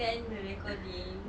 send the recording